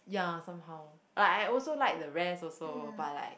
ya somehow but I also like the ray also but like